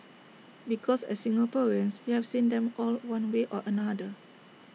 because as Singaporeans you have seen them all one way or another